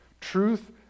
Truth